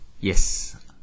Yes